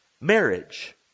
marriage